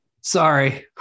Sorry